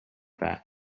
that